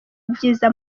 ibyiza